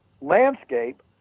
landscape